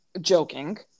joking